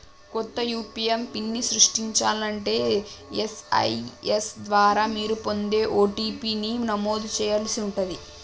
కొత్త యూ.పీ.ఐ పిన్ని సృష్టించాలంటే ఎస్.ఎం.ఎస్ ద్వారా మీరు పొందే ఓ.టీ.పీ ని నమోదు చేయాల్సి ఉంటాది